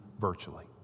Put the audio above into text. virtually